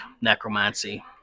Necromancy